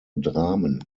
dramen